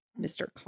Mr